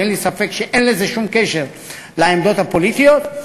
כי אין לי ספק שאין לזה שום קשר לעמדות הפוליטיות.